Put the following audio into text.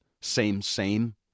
same-same